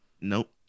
Nope